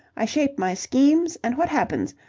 i shape my schemes. and what happens?